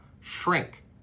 shrink